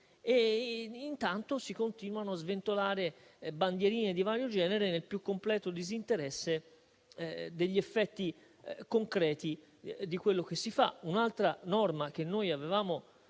e intanto si continuano a sventolare bandierine di vario genere nel più completo disinteresse degli effetti concreti di quello che si fa. Un'altra norma che noi avevamo